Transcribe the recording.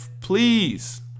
Please